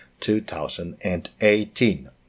2018